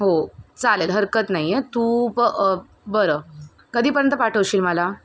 हो चालेल हरकत नाही आहे तू प बरं कधीपर्यंत पाठवशील मला